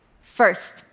First